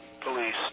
police